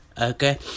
okay